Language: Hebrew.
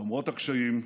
למרות הקשיים.